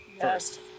first